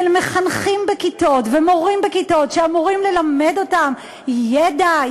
מחנכים בכיתות ומורים בכיתות שאמורים ללמד אותם ידע,